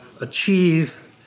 achieve